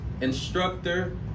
instructor